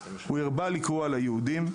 הוא הרבה לקרוא על היהודים,